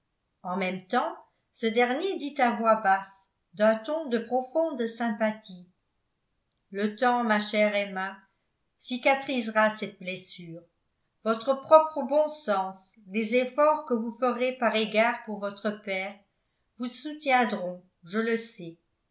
en même temps ce dernier dit à voix basse d'un ton de profonde sympathie le temps ma chère emma cicatrisera cette blessure votre propre bon sens les efforts que vous ferez par égard pour votre père vous soutiendront je le sais